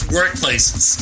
workplaces